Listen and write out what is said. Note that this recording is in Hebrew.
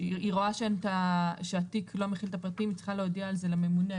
רואה שהתיק לא מכיל את הפרטים והיא צריכה להודיע על זה לממונה.